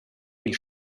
ils